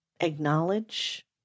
acknowledge